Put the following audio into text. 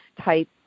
type